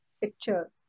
picture